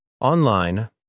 online